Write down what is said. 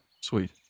Sweet